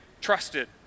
trusted